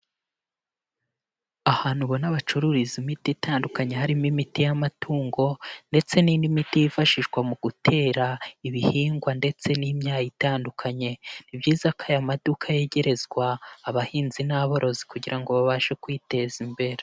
Ahantu ubona bacururiza imiti itandukanye, harimo imiti y'amatungo ndetse n'indi miti yifashishwa mu gutera ibihingwa ndetse n'imyaya itandukanye, ni byiza ko aya maduka yegerezwa abahinzi n'aborozi kugira ngo babashe kwiteza imbere.